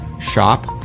shop